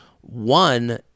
one